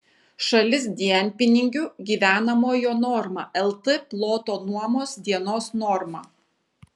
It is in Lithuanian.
šalis dienpinigių gyvenamojo norma lt ploto nuomos dienos norma